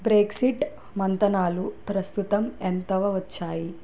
Brexit మంతనాలు ప్రస్తుతం ఎంతవ వచ్చాయి